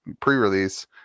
pre-release